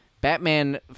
Batman